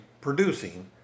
producing